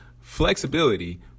flexibility –